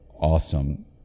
awesome